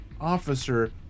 officer